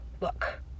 Look